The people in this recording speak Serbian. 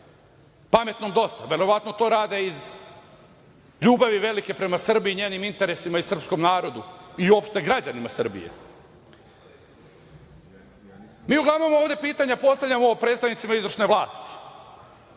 Pametnom dosta. Verovatno to rade iz ljubavi velike prema Srbiji i njenim interesima i srpskom narodu i uopšte građanima Srbije. Mi uglavnom ovde pitanja postavljamo predstavnicima izvršne vlasti,